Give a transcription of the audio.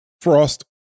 frost